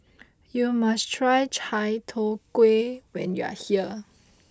you must try Chai Tow Kway when you are here